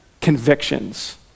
convictions